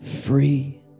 free